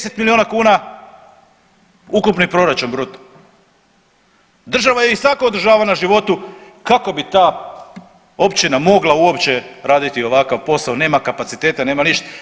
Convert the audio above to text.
10 miliona kuna ukupni proračun bruto, država ih svakako održava na životu kako bi ta općina mogla uopće raditi ovakav posao, nema kapaciteta, nema ništa.